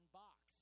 box